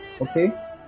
okay